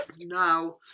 Now